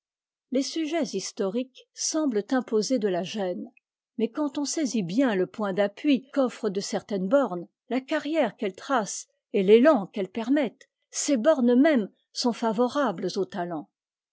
les sujets historiques semblent imposer de la gêne mais quand on saisit bien le point d'appui qu'offrent de certaines bornes la carrière qu'elles tracent et l'élan qu'elles permettent ces bornes mêmes sont favorables au talent